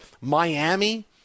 Miami